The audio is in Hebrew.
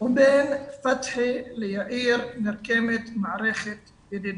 ובין פתחי ליאיר נרקמת מערכת ידידות.